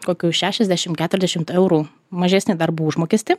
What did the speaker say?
kokiu šešiasdešimt keturiasdešimt eurų mažesnį darbo užmokestį